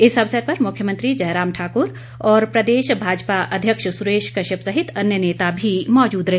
इस अवसर पर मुख्यमंत्री जयराम ठाक्र और प्रदेश भापजा अध्यक्ष सुरेश कश्यप सहित अन्य नेता भी मौजूद रहे